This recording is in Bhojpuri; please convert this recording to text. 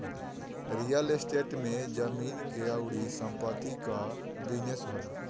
रियल स्टेट में जमीन अउरी संपत्ति कअ बिजनेस होला